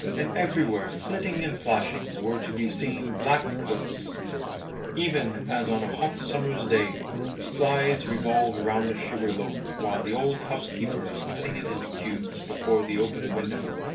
and everywhere, flitting and flashing, were to be seen black coats even as on a hot summer's day flies revolve around a sugar loaf while the old housekeeper is cutting it into cubes before the open window,